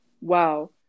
wow